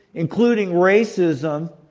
including racism,